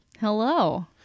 Hello